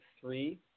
three